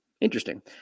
interesting